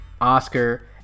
Oscar